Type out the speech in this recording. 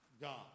God